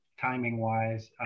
timing-wise